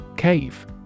Cave